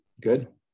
good